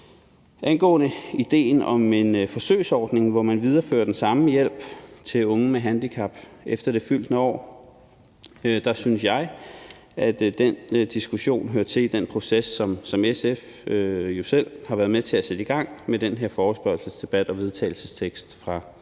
Angående idéen om en forsøgsordning, hvor man viderefører den samme hjælp til unge med handicap efter det fyldte 18. år, synes jeg, at den diskussion hører til i den proces, som SF selv har været med til at sætte i gang med den her forespørgselsdebat og vedtagelsesteksten fra